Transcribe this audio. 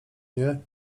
nie